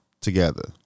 together